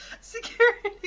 Security